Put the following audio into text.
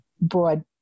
broad